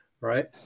right